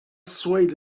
swayed